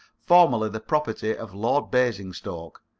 formerly the property of lord baringstoke,